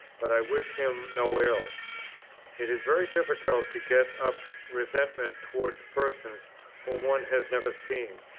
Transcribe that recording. but i wish him no ill it is very difficult to get up resentment towards persons whom one has never seen.